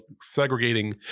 segregating